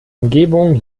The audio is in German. umgebung